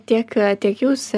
tiek tiek jūs